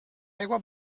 aigua